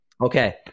Okay